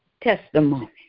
testimony